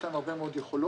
יש להם הרבה מאוד יכולות.